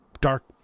dark